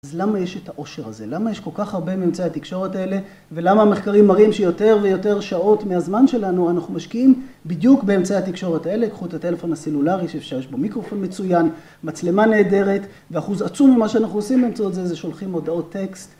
אז למה יש את העושר הזה? למה יש כל כך הרבה מאמצעי התקשורת האלה? ולמה המחקרים מראים שיותר ויותר שעות מהזמן שלנו אנחנו משקיעים בדיוק באמצעי התקשורת האלה, קחו את הטלפון הסילולרי שיש בו מיקרופון מצוין, מצלמה נהדרת, ואחוז עצום ממה שאנחנו עושים באמצעות זה, זה שולחים הודעות טקסט.